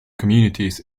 communities